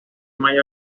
mayo